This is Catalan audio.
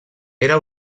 era